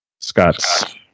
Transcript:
Scott's